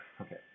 okay